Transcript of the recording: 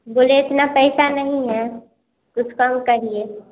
बोले इतना पैसा नहीं है कुछ कम करिए